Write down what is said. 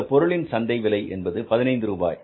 அந்தப் பொருளின் சந்தை விலை என்பது 15 ரூபாய்